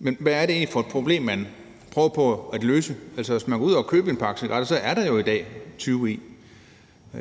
Men hvad er det egentlig for et problem, man prøver på at løse? Altså, hvis man går ud og køber en pakke cigaretter i dag, er der jo 20 cigaretter i.